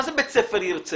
מה זה בית ספר ירצה?